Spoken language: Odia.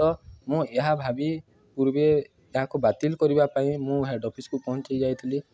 ତ ମୁଁ ଏହା ଭାବି ପୂର୍ବେ ଏହାକୁ ବାତିଲ୍ କରିବା ପାଇଁ ମୁଁ ହେଡ଼୍ ଅଫିସ୍କୁ ପହଞ୍ଚି ଯାଇଥିଲି